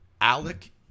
Alec